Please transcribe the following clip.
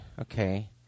okay